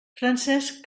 francesc